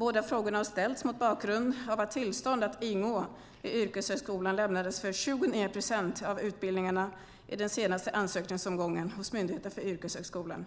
Båda frågorna har ställts mot bakgrund av att tillstånd att ingå i yrkeshögskolan lämnades för 29 procent av utbildningarna i den senaste ansökningsomgången hos Myndigheten för yrkeshögskolan.